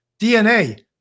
DNA